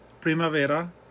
primavera